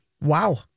Wow